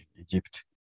Egypt